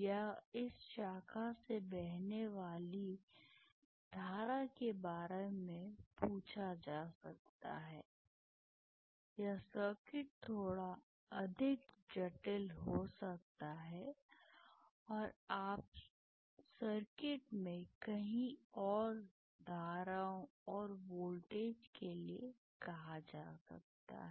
या इस शाखा से बहने वाली धारा के बारे में पूछा जा सकता है या सर्किट थोड़ा अधिक जटिल हो सकता है और आप सर्किट में कहीं और धाराओं और वोल्टेज के लिए कहा जा सकता है